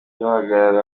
bahagarara